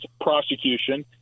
prosecution